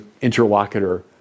interlocutor